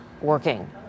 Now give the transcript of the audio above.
working